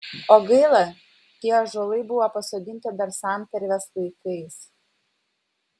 o gaila tie ąžuolai buvo pasodinti dar santarvės laikais